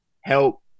help